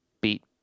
beat